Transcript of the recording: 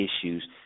issues